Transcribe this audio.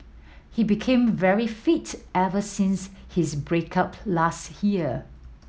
he became very fit ever since his break up last year